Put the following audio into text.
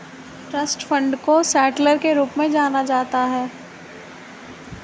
trust fund को settler के रूप में जाना जाता है